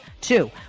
two